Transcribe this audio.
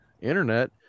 Internet